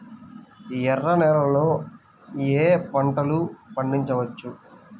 ఎర్ర నేలలలో ఏయే పంటలు పండించవచ్చు?